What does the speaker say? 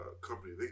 company